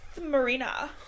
Marina